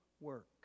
work